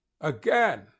again